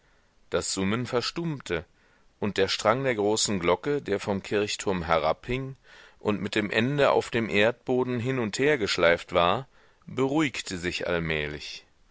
das summen verstummte und der strang der großen glocke der vom kirchturm herabhing und mit dem ende auf dem erdboden hin und her geschleift war beruhigte sich allmählich